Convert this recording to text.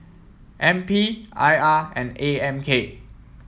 N P I R and A M K